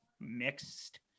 mixed